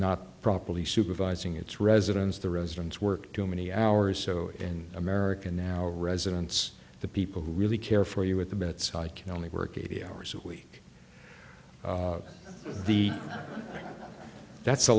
not properly supervising its residents the residents work too many hours so in america now residents the people who really care for you with the minutes can only work eighty hours a week the that's a